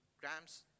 Grams